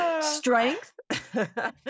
strength